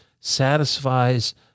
satisfies